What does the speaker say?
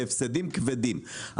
כמו שאתה אומר, אז